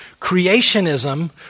creationism